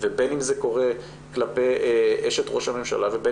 בין אם זה קורה כלפי אשת ראש הממשלה ובין